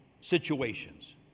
situations